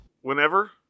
whenever